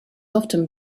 often